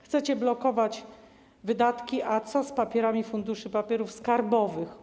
Chcecie blokować wydatki, a co z papierami funduszy papierów skarbowych?